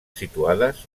situades